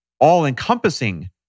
all-encompassing